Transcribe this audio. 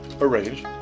arrange